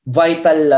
vital